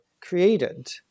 created